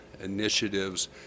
initiatives